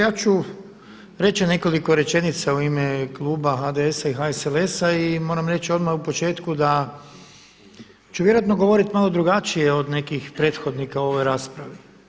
Ja ću reći nekoliko rečenica u ime kluba HDS-HSLS-a i moram reći odmah na početku da ću vjerojatno govoriti malo drugačije od nekih prethodnika u ovoj raspravi.